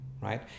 right